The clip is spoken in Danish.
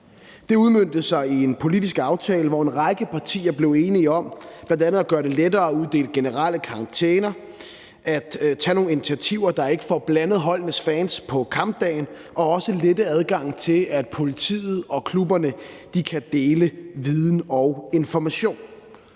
Det udmøntede sig i en politisk aftale, hvor en række partier blev enige om bl.a. at gøre det lettere at uddele generelle karantæner, at tage nogle initiativer, så man ikke får blandet holdenes fans på kampdagen, og også lette adgangen til, at politiet og klubberne kan dele viden og information.